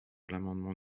l’amendement